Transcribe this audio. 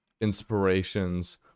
inspirations